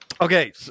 Okay